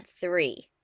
three